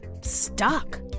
stuck